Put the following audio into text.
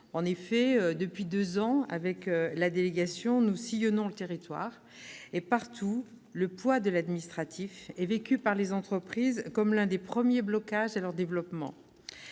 création. Depuis deux ans, nous sillonnons le territoire ; partout, le poids de l'administratif est vécu par les entreprises comme l'un des premiers blocages à leur développement.